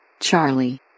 Charlie